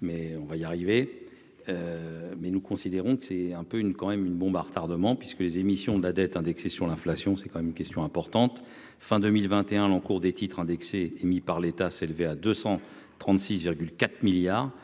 mais on va y arriver mais nous considérons que c'est un peu une quand même une bombe à retardement, puisque les émissions de la dette indexée sur l'inflation, c'est quand même une question importante, fin 2021, l'encours des titres indexés émis par l'État s'élever à 236 4 milliards